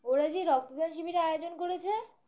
ওরা যে রক্তদান শিবিরের আয়োজন করেছে